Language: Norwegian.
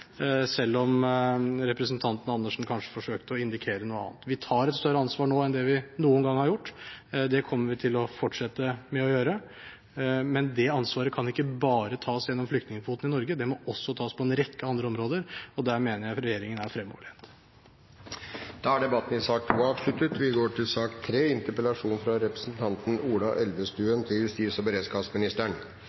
selv om representanten Andersen kanskje forsøkte å indikere noe annet: Vi tar et større ansvar nå enn det vi noen gang har gjort. Det kommer vi til å fortsette å gjøre, men det ansvaret kan ikke bare tas gjennom flyktningkvoten i Norge, det må også tas på en rekke andre områder, og der mener jeg at regjeringen er fremoverlent. Da er debatten i sak nr. 2 avsluttet.